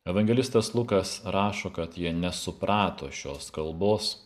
evangelistas lukas rašo kad jie nesuprato šios kalbos